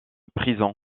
prison